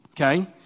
okay